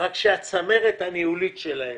אבל כדאי שהצמרת הניהולית שלהם,